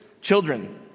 children